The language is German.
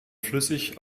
flüssig